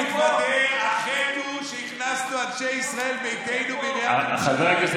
לצד התרופה שתגיע, בעזרת השם,